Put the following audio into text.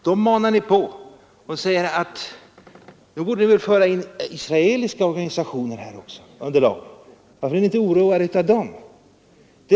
Då manar ni på och säger, att vi borde föra in också de israeliska organisationerna under lagens tillämpning. Varför är ni inte oroade om så skulle ske med dem?